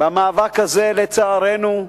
במאבק הזה, לצערנו,